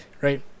right